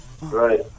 Right